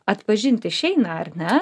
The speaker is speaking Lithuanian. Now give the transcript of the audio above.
atpažint išeina ar ne